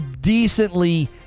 decently